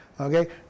Okay